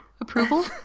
Approval